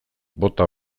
bota